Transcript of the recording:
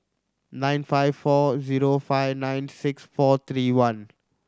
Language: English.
nine five four zero five nine six four three one